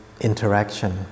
interaction